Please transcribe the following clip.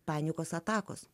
panikos atakos